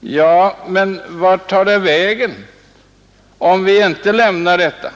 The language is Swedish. Ja, men vart tar det vägen om vi inte lämnar något stöd?